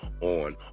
on